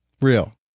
real